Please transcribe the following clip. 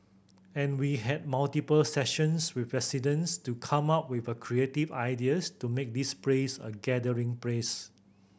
and we had multiple sessions with residents to come up with creative ideas to make this place a gathering place